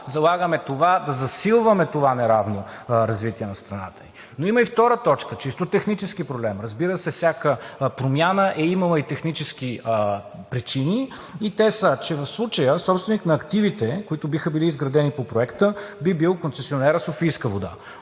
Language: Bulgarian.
залагаме да засилваме неравното развитие на страната ни. Но има и втора точка – чисто технически проблем. Разбира се, всяка промяна е имала и технически причини и те са, че в случая собственик на активите, които биха били изградени по Проекта, би бил концесионерът „Софийска вода“.